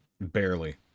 Barely